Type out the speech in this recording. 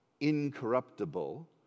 incorruptible